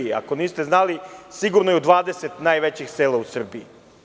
Ako niste znali, sigurno je u 20 najvećih sela u Srbiji.